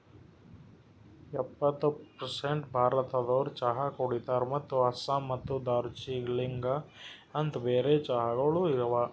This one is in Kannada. ಎಪ್ಪತ್ತು ಪರ್ಸೇಂಟ್ ಭಾರತದೋರು ಚಹಾ ಕುಡಿತಾರ್ ಮತ್ತ ಆಸ್ಸಾಂ ಮತ್ತ ದಾರ್ಜಿಲಿಂಗ ಅಂತ್ ಬೇರೆ ಚಹಾಗೊಳನು ಅವಾ